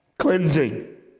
cleansing